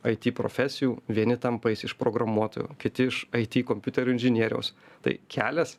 aiti profesijų vieni tampa jais iš programuotojų kiti iš aiti kompiuterių inžinieriaus tai kelias